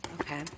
Okay